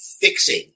fixing